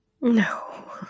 No